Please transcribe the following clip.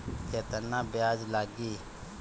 केतना ब्याज लागी?